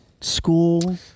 school